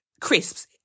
crisps